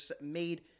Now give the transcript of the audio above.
made